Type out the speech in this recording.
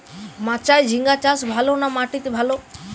মাচায় ঝিঙ্গা চাষ ভালো না মাটিতে ভালো?